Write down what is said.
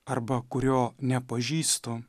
arba kurio nepažįstu